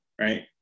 right